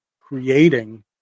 creating